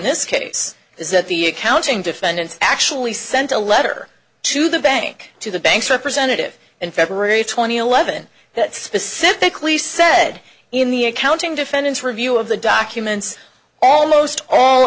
this case is that the accounting defendant actually sent a letter to the bank to the banks representative in february twentieth eleven that specifically said in the accounting defendant's review of the documents almost all